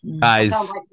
guys